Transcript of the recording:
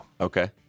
Okay